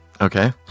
Okay